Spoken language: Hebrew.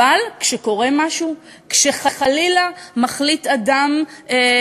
אבל כשקורה משהו, כשחלילה מחליט אדם,